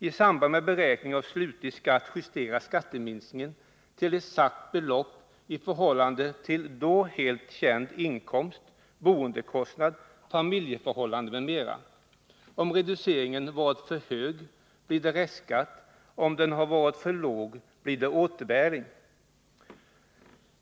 I samband med beräkning av slutlig skatt justeras skatteminskningen till exakt belopp i förhållande till då helt känd inkomst, boendekostnad, familjeförhållande m.m. Om reduceringen varit för hög blir det restskatt, och om den varit för låg blir det återbäring.